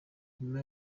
nyuma